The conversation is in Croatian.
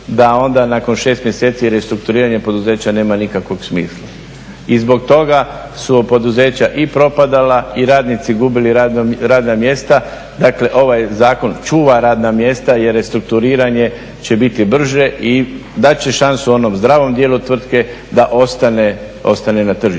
da onda nakon 6 mjeseci restrukturiranje poduzeća nema nikakvog smisla i zbog toga su poduzeća i propadala i radnici gubili radna mjesta, dakle ovaj zakon čuva radna mjesta jer restrukturiranje će biti brže i dat će šansu onom zdravom dijelu tvrtke da ostane na tržištu.